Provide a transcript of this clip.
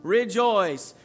rejoice